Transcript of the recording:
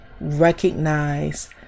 recognize